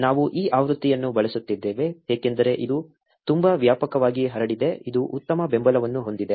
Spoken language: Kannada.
ನಾವು ಈ ಆವೃತ್ತಿಯನ್ನು ಬಳಸುತ್ತಿದ್ದೇವೆ ಏಕೆಂದರೆ ಇದು ತುಂಬಾ ವ್ಯಾಪಕವಾಗಿ ಹರಡಿದೆ ಇದು ಉತ್ತಮ ಬೆಂಬಲವನ್ನು ಹೊಂದಿದೆ